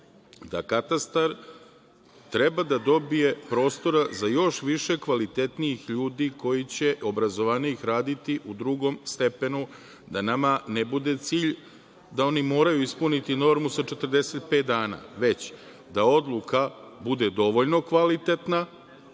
da katastar treba da dobije prostora za još više kvalitetnijih, obrazovanijih ljudi koji će raditi u drugom stepenu da nama ne bude cilj da oni moraju ispuniti normu sa 45 dana, već da odluka bude dovoljno kvalitetna,